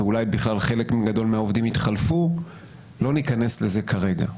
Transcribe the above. ואולי חלק גדול מהעובדים כבר התחלפו ולא ניכנס לזה כרגע.